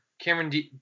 Cameron